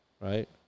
right